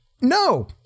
No